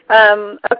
Okay